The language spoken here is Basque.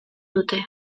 dute